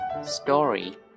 Story